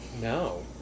No